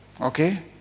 Okay